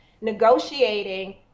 negotiating